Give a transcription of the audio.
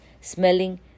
smelling